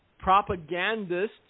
propagandists